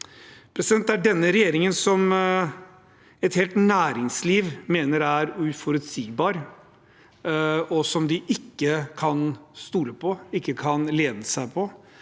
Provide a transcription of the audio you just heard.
lokalmiljøene. Det er denne regjeringen som et helt næringsliv mener er uforutsigbar, og som de ikke kan stole på, ikke kan lene seg på,